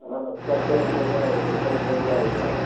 हाँ सब पैंट वग़ैरह होकर सब तैयार वैयार